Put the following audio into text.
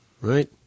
right